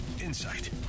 insight